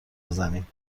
بزنیم